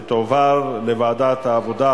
ותועבר לוועדת העבודה,